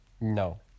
No